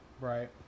right